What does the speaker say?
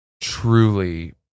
truly